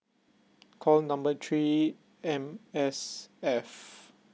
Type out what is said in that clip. call number three M_S_F